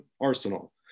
arsenal